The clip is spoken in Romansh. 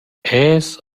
els